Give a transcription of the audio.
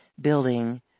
building